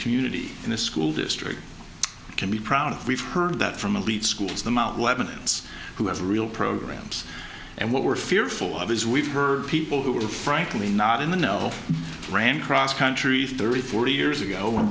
community in this school district can be proud of we've heard that from elite schools the mount lebanon it's who has a real programs and what we're fearful of is we've heard people who are frankly not in the know ran cross country thirty forty years ago when